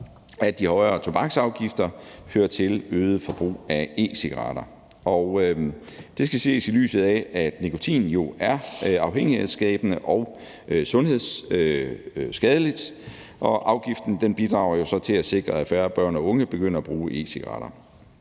at de højere tobaksafgifter fører til øget forbrug af e-cigaretter. Og det skal ses i lyset af, at nikotin er afhængighedsskabende og sundhedsskadeligt, og afgiften bidrager jo så til at sikre, at færre børn og unge begynder at bruge e-cigaretter.